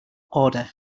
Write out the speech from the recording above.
order